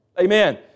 Amen